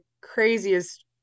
craziest